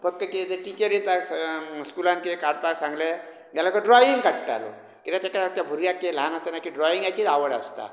फक्त कितें ते टिचरीन ताका स्कुलांत कितें काडपाक सांगलें जाल्यार खंय ड्रोव्हिंग काडटालो कित्याक तेका त्या भुरग्याक तें ल्हान आसतना ड्रॉव्हिंगाचीच आवड आसता